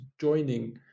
joining